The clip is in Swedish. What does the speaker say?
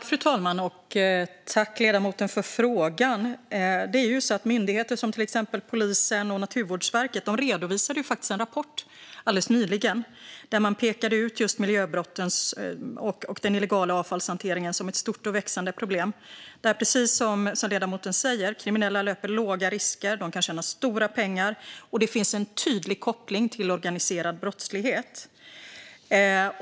Fru talman! Jag tackar ledamoten för frågan. Myndigheter som till exempel polisen och Naturvårdsverket redovisade faktiskt alldeles nyligen en rapport där just miljöbrotten och den illegala avfallshanteringen pekades ut som ett stort och växande problem. Precis som ledamoten säger löper kriminella låg risk och kan tjäna stora pengar på det här området, och det finns också en tydlig koppling till organiserad brottslighet.